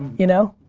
you know?